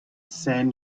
san